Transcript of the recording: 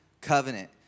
Covenant